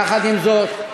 יחד עם זאת,